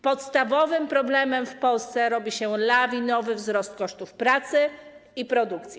Podstawowym problemem w Polsce staje się lawinowy wzrost kosztów pracy i produkcji.